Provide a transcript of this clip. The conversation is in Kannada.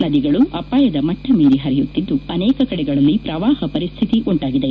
ನದಿಗಳು ಅಪಾಯದ ಮಟ್ಟ ಮೀರಿ ಹರಿಯುತ್ತಿದ್ದು ಅನೇಕ ಕಡೆಗಳಲ್ಲಿ ಪ್ರವಾಹ ಪರಿಸ್ಹಿತಿ ಉಂಟಾಗಿದೆ